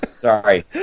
Sorry